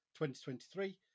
2023